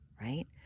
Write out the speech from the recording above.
right